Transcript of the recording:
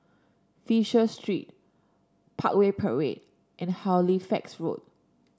Fisher Street Parkway Parade and Halifax Road